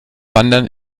wandern